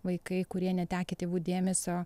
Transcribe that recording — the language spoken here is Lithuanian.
vaikai kurie netekę tėvų dėmesio